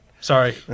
Sorry